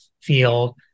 field